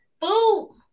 food